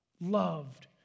loved